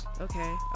Okay